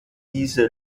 diese